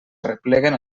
arrepleguen